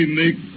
make